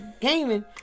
gaming